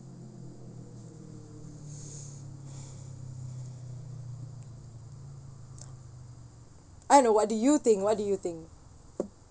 ah no what do you think what do you think